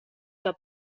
que